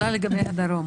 הדרום.